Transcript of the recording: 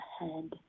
ahead